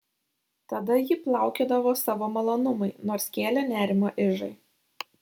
tada ji plaukiodavo savo malonumui nors kėlė nerimą ižai